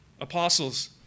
Apostles